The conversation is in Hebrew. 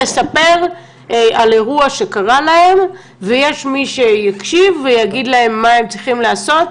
לספר על אירוע שקרה להם ויש מי שיקשיב ויגיד להם מה הם צריכים לעשות?